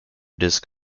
disc